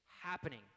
happening